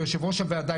כיושבת ראש הוועדה,